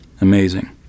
amazing